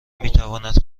میتواند